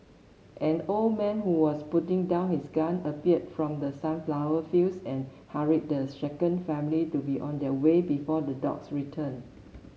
an old man who was putting down his gun appeared from the sunflower fields and hurried the shaken family to be on their way before the dogs return